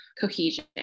cohesion